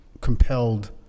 compelled